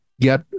get